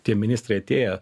tie ministrai atėję